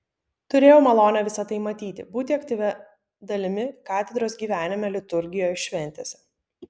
turėjau malonę visa tai matyti būti aktyvia dalimi katedros gyvenime liturgijoje šventėse